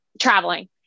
traveling